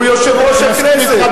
הוא יושב-ראש הכנסת.